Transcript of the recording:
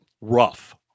rough